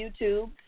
YouTube